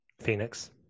Phoenix